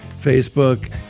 facebook